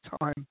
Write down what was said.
time